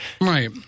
Right